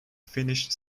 finished